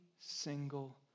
single